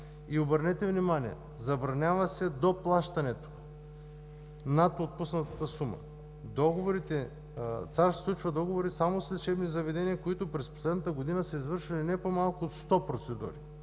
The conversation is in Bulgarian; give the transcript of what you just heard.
Обърнете внимание – забранява се доплащането над отпуснатата сума. Центърът за асистирана репродукция сключва договори само с лечебни заведения, които през последната година са извършвали не по-малко от 100 процедури.